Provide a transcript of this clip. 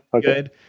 good